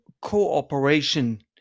cooperation